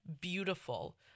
beautiful